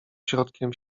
środkiem